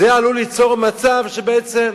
זה עלול ליצור מצב שבעצם: